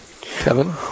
kevin